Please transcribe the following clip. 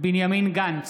בנימין גנץ,